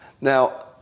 Now